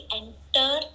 enter